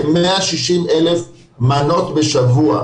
כ-160,000 מנות בשבוע.